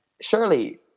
surely